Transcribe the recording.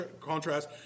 contrast